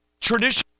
tradition